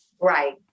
right